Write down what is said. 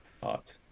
thought